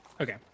okay